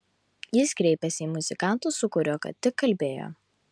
jis kreipėsi į muzikantą su kuriuo ką tik kalbėjo